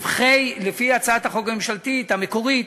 לפי הצעת החוק הממשלתית המקורית,